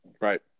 right